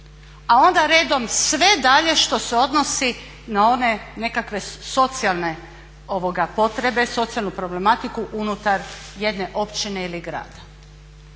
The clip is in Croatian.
A onda redom sve dalje što se odnosi na one nekakve socijalne potrebe, socijalnu problematiku unutar jedne općine ili grada.